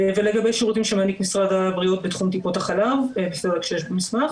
ולגבי שירותים שמעניק משרד הבריאות בתחום טיפות החלב פרק 6 במסמך